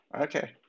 Okay